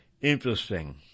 interesting